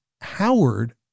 Howard